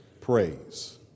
praise